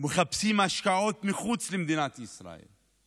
מחפשים השקעות מחוץ למדינת ישראל,